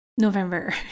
November